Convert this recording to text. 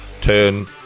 turn